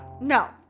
No